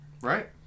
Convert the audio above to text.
Right